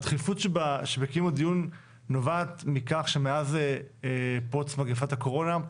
הדחיפות שבקיום הדיון נובעת מכך שמאז פרוץ מגפת הקורונה,